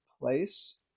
place